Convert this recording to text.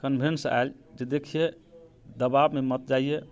convince आयल जे देखिये दवामे मत जाइये